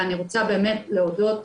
ואני רוצה באמת להודות,